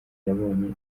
yabonye